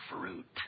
fruit